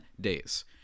days